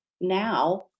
now